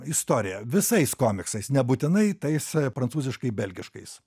istorija visais komiksais nebūtinai tais prancūziškai belgiškais